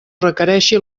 requereixi